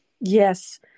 Yes